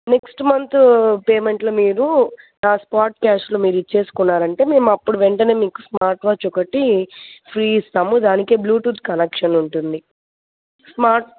next month పేమెంట్లో మీరు నా స్పాట్ క్యాష్లో మీరు ఇచ్చేసుకున్నారంటే మేము అప్పుడు వెంటనే మీకు స్మార్ట్ వాచ్ ఒకటి ఫ్రీ ఇస్తాము దానికే బ్లూటూత్ కనెక్షన్ ఉంటుంది స్మార్ట్